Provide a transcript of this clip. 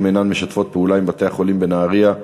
אינן משתפות פעולה עם בתי-החולים בנהרייה,